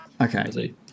okay